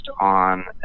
on